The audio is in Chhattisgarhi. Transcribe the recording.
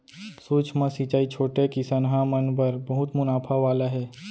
सूक्ष्म सिंचई छोटे किसनहा मन बर बहुत मुनाफा वाला हे